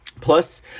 Plus